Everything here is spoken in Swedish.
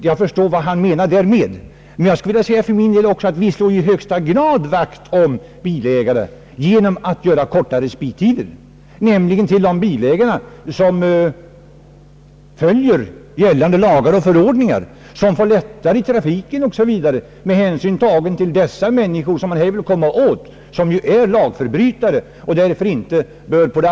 Jag förstår vad han menar därmed. Men jag skulle för min del vilja säga att man ju i allra högsta grad slår vakt om bilägare genom att införa kortare respittider, nämligen de bilägare som följer gällande lagar och förordningar och får det lättare i trafiken, De människor som är lagbrytare bör inte på det.